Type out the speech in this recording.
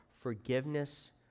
forgiveness